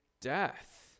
death